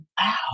wow